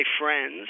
friends